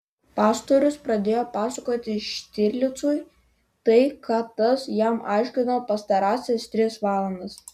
pastorius pradėjo pasakoti štirlicui tai ką tas jam aiškino pastarąsias tris valandas